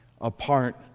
apart